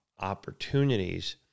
opportunities